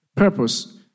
purpose